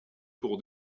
pour